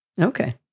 Okay